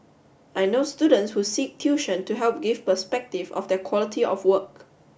I know students who seek tuition to help give perspective of their quality of work